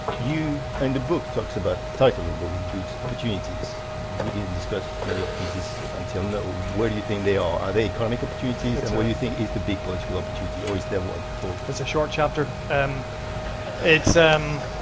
you and the book talks about the title of the book includes opportunities. we didn't discuss many opportunities until now. where do you think they are? are they economic opportunities? and what do you think is the big political opportunity? or is there one for it's a short chapter. um it's, um